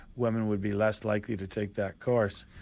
women would be less likely to take that course.